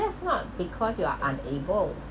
that's not because you are unable